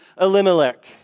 Elimelech